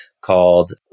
called